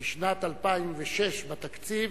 2006 בתקציב,